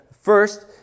First